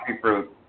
fruit